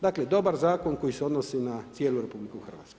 Dakle dobar zakon koji se odnosi na cijelu RH.